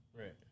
right